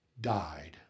died